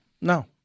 no